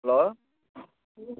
hello